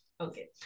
Okay